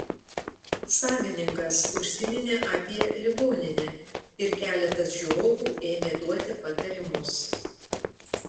savininkas užsiminė apie ligoninę ir keletas žiūrovų ėmė duoti patarimus